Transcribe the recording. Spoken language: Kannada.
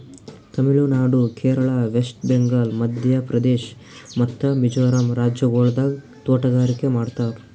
ತಮಿಳು ನಾಡು, ಕೇರಳ, ವೆಸ್ಟ್ ಬೆಂಗಾಲ್, ಮಧ್ಯ ಪ್ರದೇಶ್ ಮತ್ತ ಮಿಜೋರಂ ರಾಜ್ಯಗೊಳ್ದಾಗ್ ತೋಟಗಾರಿಕೆ ಮಾಡ್ತಾರ್